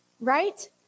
Right